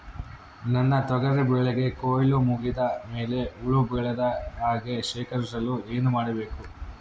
ನನ್ನ ತೊಗರಿ ಬೆಳೆಗೆ ಕೊಯ್ಲು ಮುಗಿದ ಮೇಲೆ ಹುಳು ಬೇಳದ ಹಾಗೆ ಶೇಖರಿಸಲು ಏನು ಮಾಡಬೇಕು?